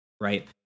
right